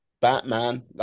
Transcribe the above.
Batman